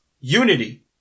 unity